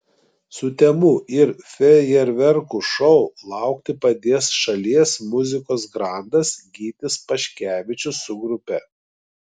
sutemų ir fejerverkų šou laukti padės šalies muzikos grandas gytis paškevičius su grupe